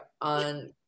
on